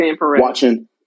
watching